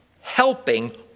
helping